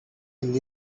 will